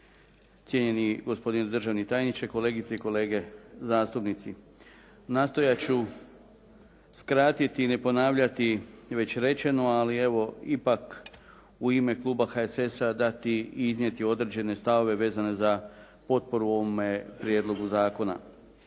cijenjeni gospodine državni tajniče, kolegice i kolege zastupnici. Nastojat ću skratiti i ne ponavljati već rečeno, ali evo ipak u ime kluba HSS-a dati i iznijeti određene stavove vezane za potporu ovome prijedlogu zakona.